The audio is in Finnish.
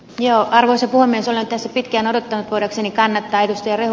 ja harri sivonen sanoi käsi pitkään odottaa todeksi nikan äidin stereo